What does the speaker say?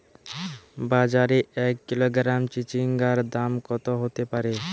বাজারে এক কিলোগ্রাম চিচিঙ্গার দাম কত হতে পারে?